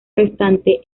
restante